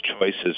choices